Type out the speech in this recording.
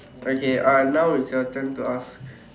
okay uh now is your turn to ask